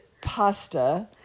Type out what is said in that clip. pasta